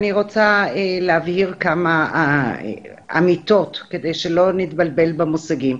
אני רוצה להבהיר כמה אמיתות כדי שלא נתבלבל במושגים.